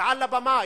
מעל הבמה?